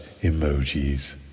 emojis